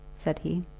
said he.